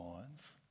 minds